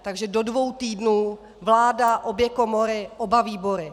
Takže do dvou týdnů vláda, obě komory, oba výbory.